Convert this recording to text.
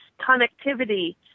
connectivity